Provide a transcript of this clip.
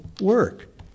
work